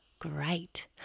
Great